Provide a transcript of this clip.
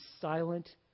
silent